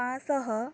ପାଞ୍ଚ ଶହ